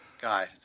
guy